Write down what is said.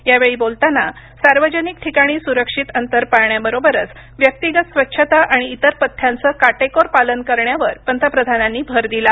यावेळी बोलताना सार्वजनिक ठिकाणी सुरक्षित अंतर पाळण्याबरोबरच व्यक्तिगत स्वच्छता आणि इतर पथ्यांचं काटेकोर पालन करण्यावर पंतप्रधानांनी भर दिला